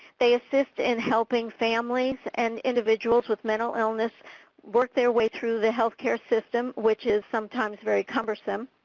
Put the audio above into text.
they assist in helping families and individuals with mental illness work their way through the healthcare system, which is sometimes very cumbersome,